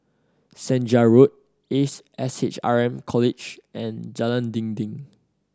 Senja Road Ace S H R M College and Jalan Dinding